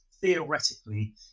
theoretically